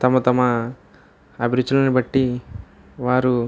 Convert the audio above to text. తమ తమ అభిరుచులను బట్టి వారు